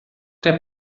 der